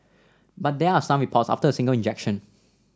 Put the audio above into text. but there are some reports after a single injection